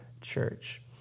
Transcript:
church